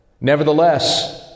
nevertheless